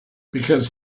because